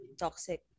toxic